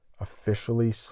officially